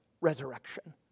resurrection